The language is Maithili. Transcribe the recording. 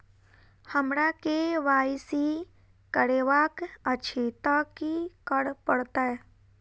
हमरा केँ वाई सी करेवाक अछि तऽ की करऽ पड़तै?